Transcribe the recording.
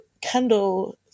Kendall